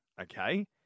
okay